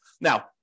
Now